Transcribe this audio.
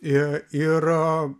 i ir